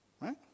Right